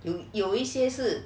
有有一些事